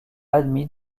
admis